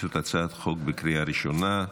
זאת הצעת חוק בקריאה ראשונה.